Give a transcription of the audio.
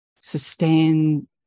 sustain